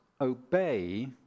obey